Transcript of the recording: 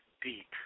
deep